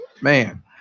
man